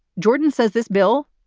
jordan says this bill,